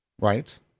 right